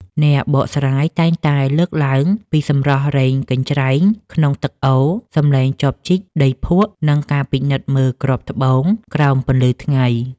អ្នកបកស្រាយតែងតែលើកឡើងពីសម្លេងរែងកញ្ច្រែងក្នុងទឹកអូរ សម្លេងចបជីកដីភក់ និងការពិនិត្យមើលគ្រាប់ត្បូងក្រោមពន្លឺថ្ងៃ។